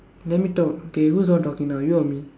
let me talk K who's the one talking now you or me